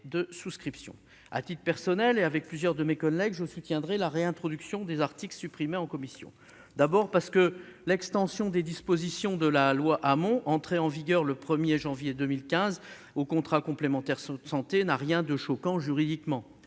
À titre personnel, et avec plusieurs de mes collègues, je soutiendrai la réintroduction des articles supprimés en commission, d'abord parce que l'extension des dispositions de la loi Hamon, entrée en vigueur le 1 janvier 2015, aux contrats complémentaires santé n'a rien de choquant juridiquement.